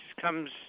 comes